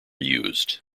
used